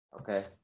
okay